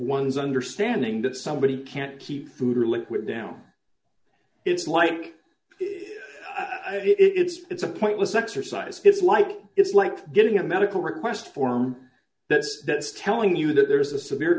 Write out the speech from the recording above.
one's understanding that somebody can't keep food or liquid down it's like it's it's a pointless exercise it's like it's like getting a medical request form that's that's telling you that there's a severe